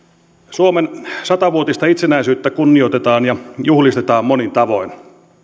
suomen satavuotista itsenäisyyttä kunnioitetaan ja juhlistetaan monin tavoin